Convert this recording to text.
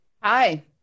Hi